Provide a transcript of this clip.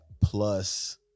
plus